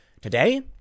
Today